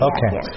Okay